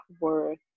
worth